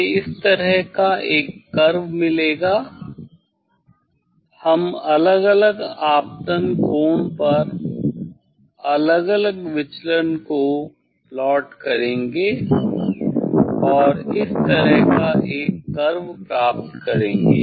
हमें इस तरह का एक कर्व मिलेगा हम अलग अलग आपतन कोण पर अलग अलग विचलन को प्लॉट करेंगे और इस तरह का एक कर्व प्राप्त करेंगे